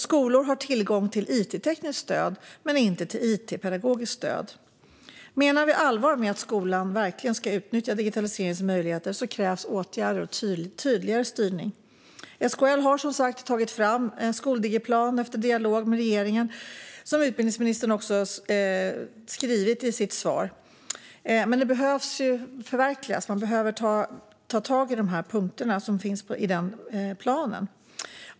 Skolor har tillgång till it-tekniskt stöd men inte till it-pedagogiskt stöd. Menar vi allvar med att skolan verkligen ska utnyttja digitaliseringens möjligheter krävs åtgärder och tydligare styrning. SKL har tagit fram en skoldigiplan efter dialog med regeringen, som utbildningsministern också säger i sitt svar. Men det behöver förverkligas. Man behöver ta tag i de punkter som finns i planen.